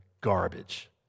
garbage